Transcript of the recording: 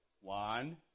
One